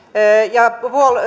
ja